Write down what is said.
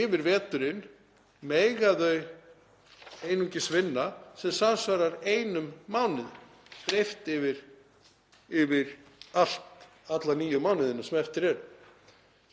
yfir veturinn mega þau einungis vinna sem samsvarar einum mánuði, dreift yfir alla níu mánuðina sem eftir eru.